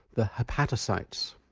the hepatocytes.